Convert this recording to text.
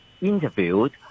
interviewed